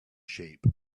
shape